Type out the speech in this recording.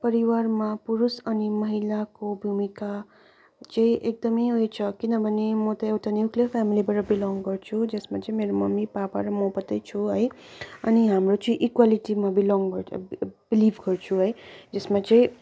परिवारमा पुरुष अनि महिलाको भूमिका चाहिँ एकदमै उयो छ किनभने म त एउटा न्युक्लियर फेमिलीबाट बिलङ गर्छु जसमा चाहिँ मेरो मम्मी पापा र म मात्रै छु है अनि हाम्रो चाहिँ इक्वालिटीमा बिलङ बिलिभ गर्छु है जसमा चाहिँ